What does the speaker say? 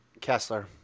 Kessler